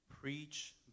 preach